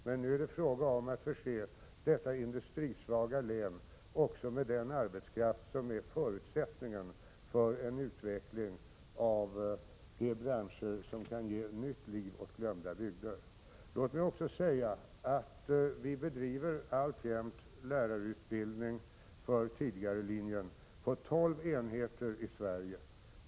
Men nu är det fråga om att förse detta industrisvaga län också med den arbetskraft som är förutsättningen för en utveckling av de branscher som kan ge nytt liv åt gamla bygder. Låt mig också säga att vi alltjämt bedriver lärarutbildning för tidigarelinjen på tolv enheter i Sverige.